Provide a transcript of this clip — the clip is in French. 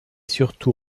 surtout